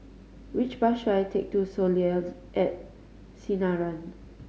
which bus should I take to Soleil at Sinaran